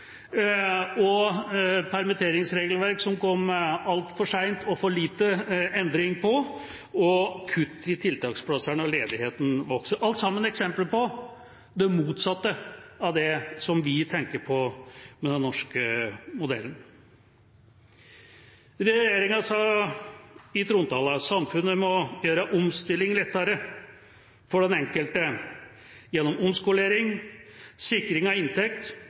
et permitteringsregelverk som kom altfor seint, og der endringen var for liten, og det er kutt i tiltaksplasser når ledigheten vokser. Alt sammen er eksempler på det motsatte av det som vi tenker på med den norske modellen. Regjeringa sa i trontalen: «Samfunnet må gjøre omstilling lettere for den enkelte gjennom omskolering, sikring av inntekt